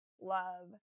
love